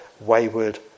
wayward